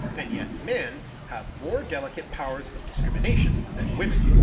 and yet men have more delicate powers of discrimination than women,